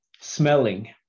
smelling